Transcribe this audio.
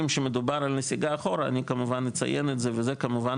שמדובר על נסיגה אחורה אני כמובן אציין את זה וזה כמובן